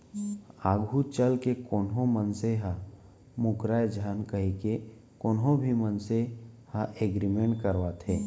आघू चलके कोनो मनसे ह मूकरय झन कहिके कोनो भी मनसे ह एग्रीमेंट करवाथे